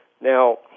now